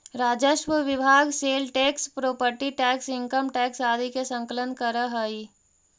राजस्व विभाग sale tax property tax income tax आदि के संकलन करऽ हई